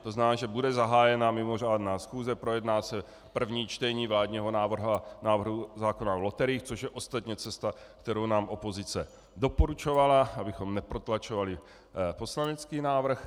To znamená, že bude zahájena mimořádná schůze, projedná se první čtení vládního návrhu zákona o loteriích, což je ostatně cesta, kterou nám opozice doporučovala, abychom neprotlačovali poslanecký návrh.